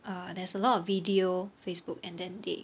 err there's a lot of video Facebook and then they